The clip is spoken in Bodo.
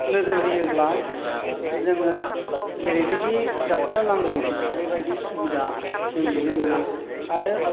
नोजोर होयोब्ला जोङो जेरैबायदि डक्ट'र नांगौ बेबायदि सुबिदा जों नुनो मोना आरो